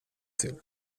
till